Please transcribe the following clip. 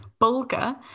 bulgur